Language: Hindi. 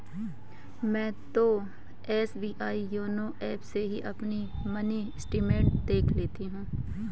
मैं तो एस.बी.आई योनो एप से ही अपनी मिनी स्टेटमेंट देख लेती हूँ